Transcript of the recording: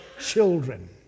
children